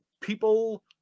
people